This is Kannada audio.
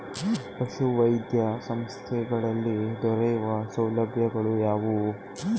ಪಶುವೈದ್ಯ ಸಂಸ್ಥೆಗಳಲ್ಲಿ ದೊರೆಯುವ ಸೌಲಭ್ಯಗಳು ಯಾವುವು?